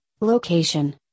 location